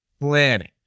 Planning